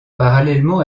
parallèlement